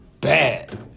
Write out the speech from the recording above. bad